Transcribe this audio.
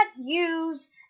use